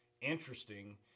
interesting